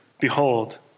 behold